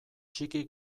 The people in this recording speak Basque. txiki